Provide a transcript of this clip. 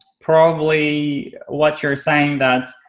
probably what you're saying that